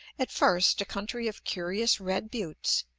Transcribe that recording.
at first a country of curious red buttes,